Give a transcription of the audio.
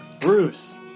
Bruce